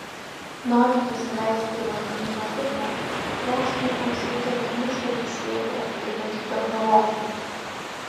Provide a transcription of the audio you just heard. norint nusileisti į vandenyno dugną mokslininkams reikia gniuždantį slėgį atlaikančių technologijų